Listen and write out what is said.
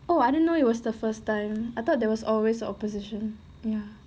oh I didn't know it was the first time I thought there was always the opposition ya